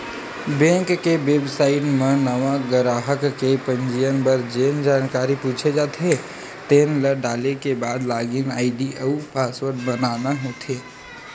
bank के website म नवा गराहक के पंजीयन बर जेन जानकारी पूछे जाथे तेन ल डाले के बाद लॉगिन आईडी अउ पासवर्ड बनाना होथे